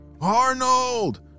Arnold